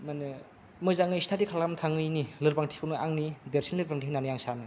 मा होनो मोजाङै स्टादि खालामना थाङैनि लोरबांथिखौनो आंनि देरसिन लोरबांथि होननानै आं सानो